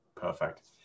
perfect